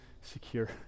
secure